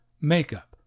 makeup